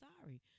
sorry